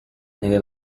nelle